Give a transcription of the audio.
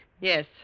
Yes